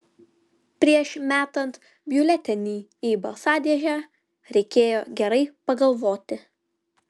prieš metant biuletenį į balsadėžę reikėjo gerai pagalvoti